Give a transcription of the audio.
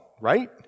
right